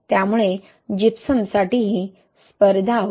त्यामुळे जिप्समसाठीही स्पर्धा होते